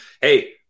hey